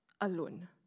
alone